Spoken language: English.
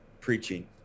preaching